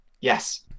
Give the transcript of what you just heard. Yes